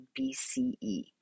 BCE